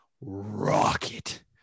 rocket